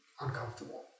uncomfortable